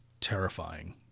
terrifying